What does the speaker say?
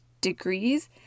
degrees